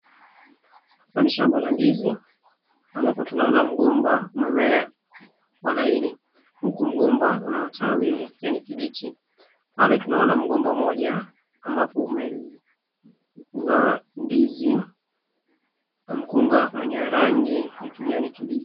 Hapa ni shamba la ndizi ambapo tunaoa mgomba umemea kwa laini huku mgomba una matawi ya kijani kimbichi. Pale tunaona mgomba mmoja ambapo umezaa ndizi na mkunga wenye rangi ya kijani kimbichi.